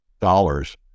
dollars